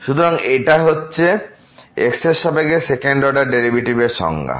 সুতরাং এটাই হচ্ছে x এর সাপেক্ষে সেকেন্ড অর্ডার ডেরিভেটিভ এর সংজ্ঞা